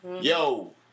yo